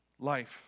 life